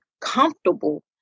comfortable